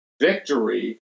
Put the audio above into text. victory